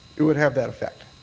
it would have that effect.